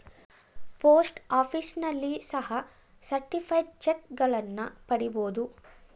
post ಆಫೀಸ್ನಲ್ಲಿ ಸಹ certified ಚಕ್ಗಳನ್ನ ಪಡಿಬೋದು